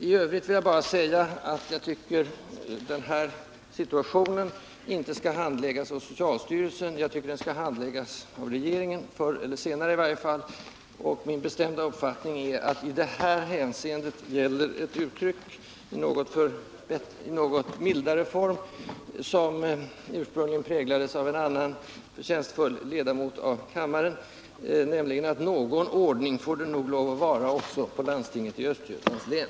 I övrigt vill jag bara säga att jag tycker att den här frågan inte bör handläggas av socialstyrelsen utan, förr eller senare, av regeringen. Min bestämda uppfattning kan i detta hänseende sammanfattas med ett uttryck som ursprungligen präglades av en högt värderad ledamot av kammaren. Något mildare och något ändrat kunde man säga: Någon ordning får det lov att vara också på landstinget i Östergötlands län.